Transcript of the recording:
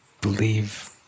believe